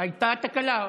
הייתה תקלה.